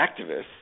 activists